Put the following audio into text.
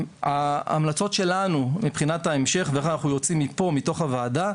ההמלצות שלנו מבחינת ההמשך וכך אנחנו יוצאים מפה מתוך הוועדה,